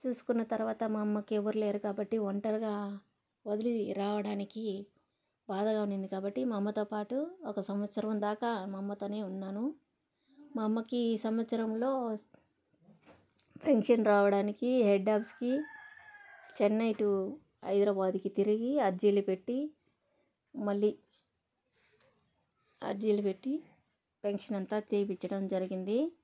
చూసుకున్న తర్వాత మా అమ్మకి ఎవరు లేరు కాబట్టి ఒంటరిగా వదిలి రావడానికి బాధగా ఉండింది కాబట్టి మా అమ్మతోపాటు ఒక సంవత్సరం దాకా మా అమ్మతోనే ఉన్నాను మా అమ్మకి ఈ సంవత్సరంలో పెన్షన్ రావడానికి హెడ్ ఆఫీస్కి చెన్నై టు హైదరాబాద్కి తిరిగి అర్జీలు పెట్టి మళ్ళీ అర్జీలు పెట్టి పెన్షన్ అంతా చేపించడం జరిగింది